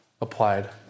applied